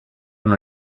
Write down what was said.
non